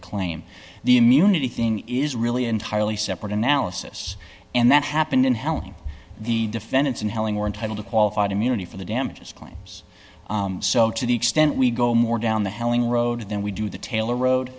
a claim the immunity thing is really entirely separate analysis and that happened in helping the defendants and helling were entitled to qualified immunity for the damages claims so to the extent we go more down the helling road than we do the taylor road